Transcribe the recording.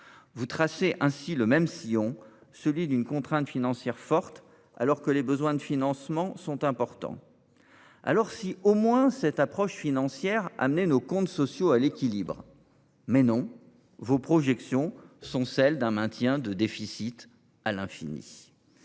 Vous tracez ainsi le même sillon, monsieur le ministre : celui d’une contrainte financière forte, alors que les besoins de financement sont importants. Si au moins cette approche financière amenait nos comptes sociaux à l’équilibre… Mais non ! Vos projections sont celles d’un maintien de déficits à l’infini.